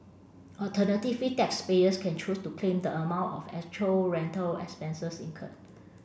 alternatively taxpayers can choose to claim the amount of actual rental expenses incurred